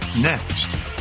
Next